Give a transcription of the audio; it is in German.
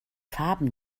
farben